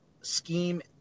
scheme